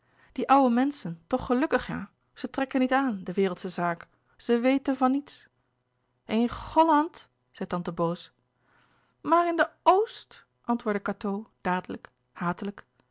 die oùwe menschen toch gelukkig jà ze trekken niet aan de wereldsche saak ze wetèn van niets in ghollànd zei tante boos maar in den o o s t antwoordde cateau dadelijk hatelijk